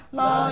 la